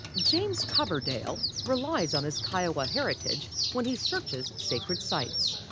james coverdale relies on his kiowa heritage when he searches sacred sites.